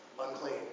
Unclean